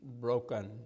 broken